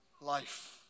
life